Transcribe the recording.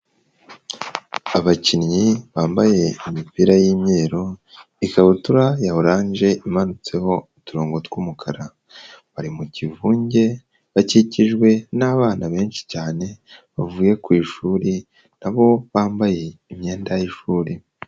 Abakinnyi bambaye imipira y'imyeru ikabutura ya oranje imanitseho uturongo tw'umukara, bari mu kivunge, bakikijwe n'abana benshi cyane bavuye ku ishuri nabo bambaye imyenda y'ishuri.